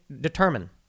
determine—